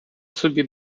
собі